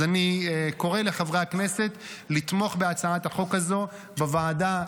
אני קורא לחברי הכנסת לתמוך בהצעת החוק הזו בוועדה,